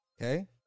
Okay